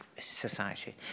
society